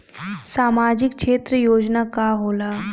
सामाजिक क्षेत्र योजना का होला?